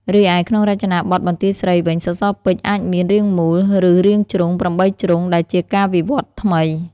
រីឯក្នុងរចនាបថបន្ទាយស្រីវិញ សសរពេជ្រអាចមាន រាងមូល ឬរាងជ្រុង (៨ ជ្រុង) ដែលជាការវិវត្តន៍ថ្មី។